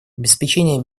обеспечение